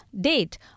Date